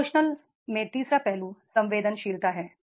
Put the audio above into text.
emotional में तीसरा पहलू संवेदनशीलता है